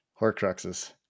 Horcruxes